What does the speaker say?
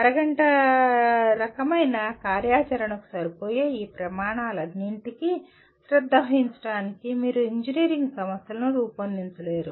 అరగంట రకమైన కార్యాచరణకు సరిపోయే ఈ ప్రమాణాలన్నింటికీ శ్రద్ధ వహించడానికి మీరు ఇంజనీరింగ్ సమస్యలను రూపొందించలేరు